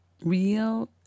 real